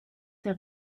der